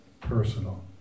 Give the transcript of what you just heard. personal